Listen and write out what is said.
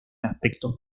aspectos